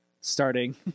starting